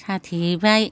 साथे हैबाय